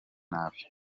nabi